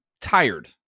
tired